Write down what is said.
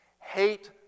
hate